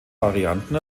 varianten